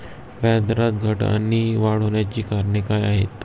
व्याजदरात घट आणि वाढ होण्याची कारणे काय आहेत?